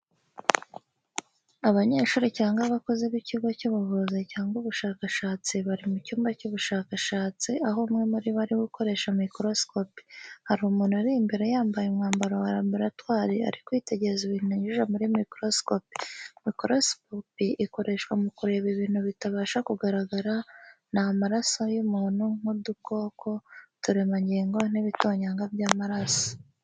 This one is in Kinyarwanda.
Abanyeshuri cyangwa abakozi b’ikigo cy’ubuvuzi cyangwa ubushakashatsi bari mu cyumba cy'ubushakashatsi, aho umwe muri bo ari gukoresha mikorosikopi. Hari umuntu uri imbere yambaye umwambaro wa laboratwari, ari kwitegereza ibintu anyujije muri mikorosikopi. Mikorosikopi ikoreshwa mu kureba ibintu bitabasha kugaragara n’amaso y’umuntu, nk'udukoko, uturemangingo, n'ibitonyanga by’amaraso.